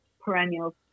perennials